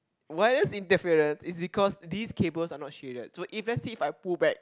why there's interference is because these cables are not shaded so if let's say if I pull back